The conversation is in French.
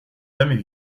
jamais